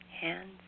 hands